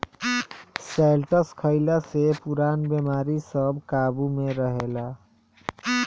शैलटस खइला से पुरान बेमारी सब काबु में रहेला